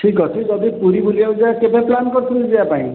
ଠିକ୍ ଅଛି ଯଦି ପୁରୀ ବୁଲିବାକୁ ଯିବା କେବେ ପ୍ଲାନ କରିଛନ୍ତି ଯିବାପାଇଁ